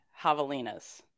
javelinas